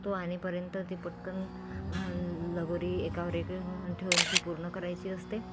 तो आणेपर्यंत ती पटकन लगोरी एकावर एक ठेवून ती पूर्ण करायची असते